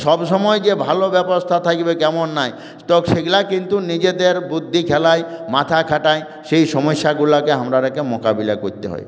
সব সময় যে ভালো ব্যবস্থা থাকবে তেমন না সেগুলো কিন্তু নিজেদের বুদ্ধি খেলিয়ে মাথা খাটাই সেই সমস্যাগুলোকে আমাদেরকে মোকাবিলা করতে হয়